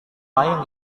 lain